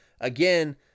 again